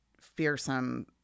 fearsome